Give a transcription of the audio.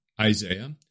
Isaiah